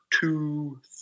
two